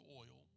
oil